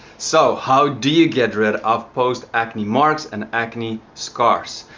so how do you get rid of post acne marks and acne scars?